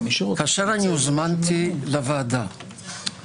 כאשר הוזמנתי לוועדה